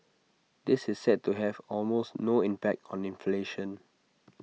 this is set to have almost no impact on inflation